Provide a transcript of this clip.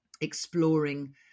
exploring